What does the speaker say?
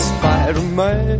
Spider-Man